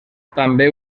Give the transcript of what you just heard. també